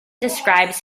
describes